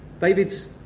david's